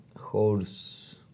horse